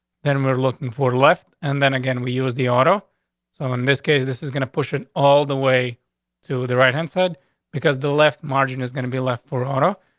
then we're looking for left. and then again, we use the auto so in this case, this is gonna push it all the way to the right hand side because the left margin is gonna be left perrotto.